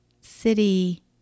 city